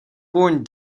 born